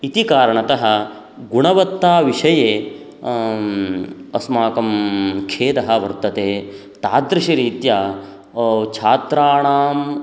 इति कारणतः गुणवत्ताविषये अस्माकं खेदः वर्तते तादृशरीत्या छात्राणाम्